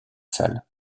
salle